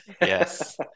Yes